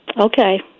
Okay